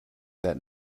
that